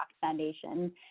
Foundation